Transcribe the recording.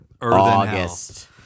August